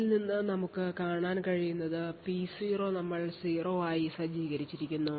ഇതിൽ നിന്ന് നമുക്ക് കാണാൻ കഴിയുന്നത് P0 നമ്മൾ 0 ആയി സജ്ജീകരിച്ചിരിക്കുന്നു